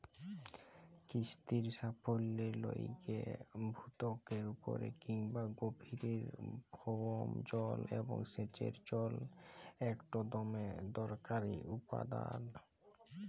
কিসির সাফল্যের লাইগে ভূত্বকের উপরে কিংবা গভীরের ভওম জল এবং সেঁচের জল ইকট দমে দরকারি উপাদাল